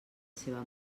seva